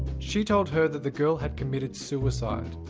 she told her that the girl had committed suicide.